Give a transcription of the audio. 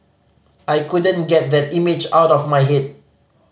I couldn't get that image out of my head